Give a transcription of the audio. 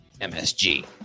MSG